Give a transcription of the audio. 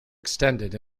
extended